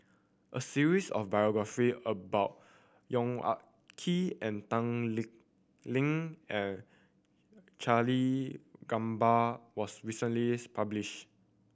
a series of biographies about Yong Ah Kee and Tan Lee Leng and Charlie Gamba was recently published